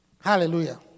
Hallelujah